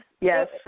Yes